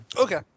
Okay